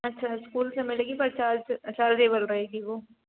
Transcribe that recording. अच्छा स्कूल से मिलेगी पर साल से सर्लेबल रहेगी वो